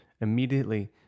immediately